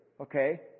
okay